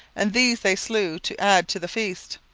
and these they slew to add to the feast.